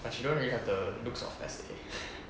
but she don't really have the looks of S_A